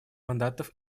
мандатов